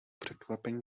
překvapení